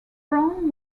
brown